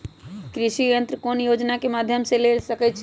कृषि यंत्र कौन योजना के माध्यम से ले सकैछिए?